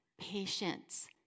patience